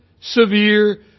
severe